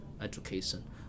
education